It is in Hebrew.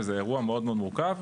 זה אירוע מאוד מאוד מורכב,